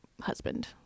husband